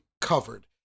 covered